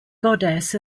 goddess